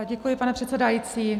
Děkuji, pane předsedající.